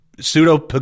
pseudo